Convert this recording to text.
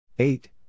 Eight